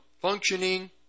functioning